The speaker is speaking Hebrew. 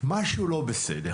משהו לא בסדר